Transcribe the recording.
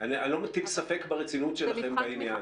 אני לא מטיל ספק ברצינות שלכם בעניין.